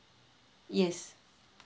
yes